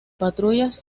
patrullas